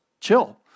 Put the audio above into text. chill